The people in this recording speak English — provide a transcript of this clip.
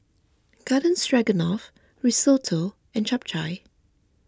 Garden Stroganoff Risotto and Japchae